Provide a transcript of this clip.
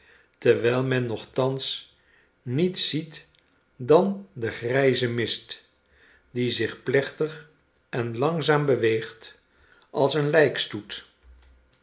terwijl men nochtans niets ziet dan den grijzen mist die zich plechtig en langzaam beweegt als een